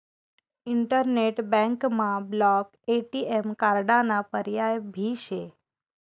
internet बँकमा block ATM कार्डाना पर्याय भी शे